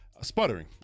sputtering